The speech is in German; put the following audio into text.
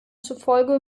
zufolge